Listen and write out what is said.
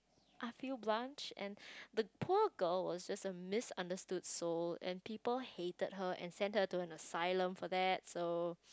I feel Blanch and the poor girl was just a misunderstood soul and people hated her and sent her to an asylum for that so